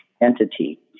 entity